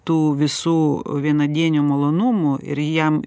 tų visų vienadienių malonumų ir jam